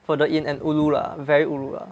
further in and ulu lah very ulu lah